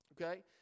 okay